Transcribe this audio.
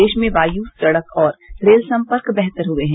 देश में वायू सड़क और रेल संपर्क बेहतर हुए हैं